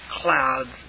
clouds